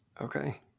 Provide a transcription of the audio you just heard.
Okay